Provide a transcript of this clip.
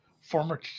former